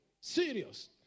serious